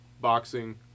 boxing